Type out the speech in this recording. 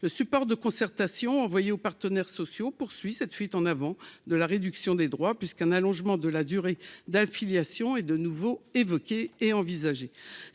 le support de concertation envoyé aux partenaires sociaux, poursuit cette fuite en avant de la réduction des droits puisqu'un allongement de la durée d'affiliation et de nouveau évoqué et envisagé